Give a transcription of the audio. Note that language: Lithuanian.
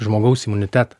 žmogaus imunitetą